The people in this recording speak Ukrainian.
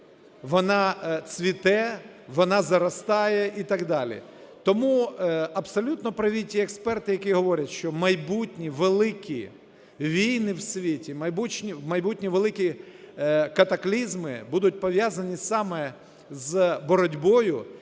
вона цвіте, вона заростає і так далі. Тому абсолютно праві ті експерти, які говорять, що майбутні великі війни в світі, майбутні великі катаклізми будуть пов'язані саме з боротьбою